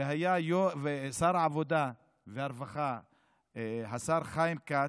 ושר העבודה והרווחה היה השר חיים כץ,